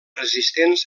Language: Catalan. resistents